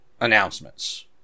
announcements